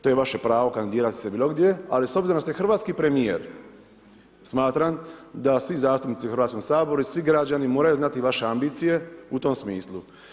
To je vaše pravo kandidirati se bilo gdje ali s obzirom da ste hrvatski premijer, smatram da svi zastupnici u Hrvatskom saboru i svi građani moraju znati vaše ambicije u tom smislu.